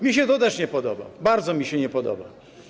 Mi się to też nie podoba, bardzo mi się nie podoba.